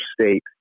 state